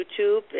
YouTube